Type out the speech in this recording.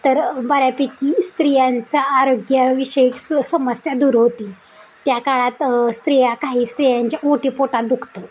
तर बऱ्यापैकी स्त्रियांचा आरोग्याविषयी स समस्या दूर होतील त्या काळात स्त्रिया काही स्त्रियांच्या ओटीपोटात दुखतं